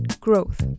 growth